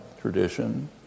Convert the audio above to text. tradition